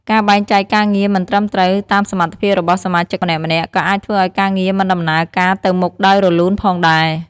ការបែងចែកការងារមិនត្រឹមត្រូវតាមសមត្ថភាពរបស់សមាជិកម្នាក់ៗ ក៏អាចធ្វើឱ្យការងារមិនដំណើរការទៅមុខដោយរលូនផងដែរ។